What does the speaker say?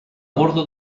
borda